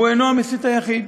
הוא אינו המסית היחיד.